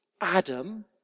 Adam